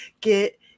get